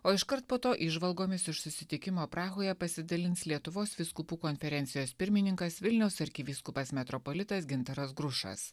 o iškart po to įžvalgomis iš susitikimo prahoje pasidalins lietuvos vyskupų konferencijos pirmininkas vilniaus arkivyskupas metropolitas gintaras grušas